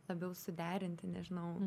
labiau suderinti nežinau